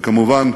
וכמובן,